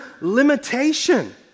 limitation